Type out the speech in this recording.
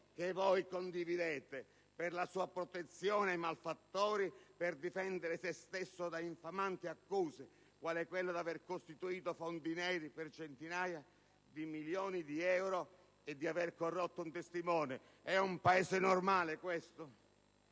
che voi condividete, per la sua protezione ai malfattori, per difendere se stesso da infamanti accuse, quale quella di aver costituito fondi neri per centinaia di milioni di euro e di aver corrotto un testimone. È un Paese normale questo?